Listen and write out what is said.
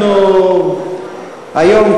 אנחנו היום,